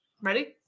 Ready